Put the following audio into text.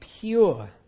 pure